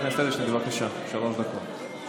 חבר הכנסת אדלשטיין, בבקשה, שלוש דקות.